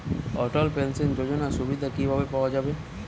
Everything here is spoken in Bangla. অটল পেনশন যোজনার সুবিধা কি ভাবে পাওয়া যাবে?